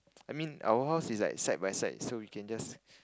I mean our house is like side by side so we can just